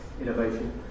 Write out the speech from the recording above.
innovation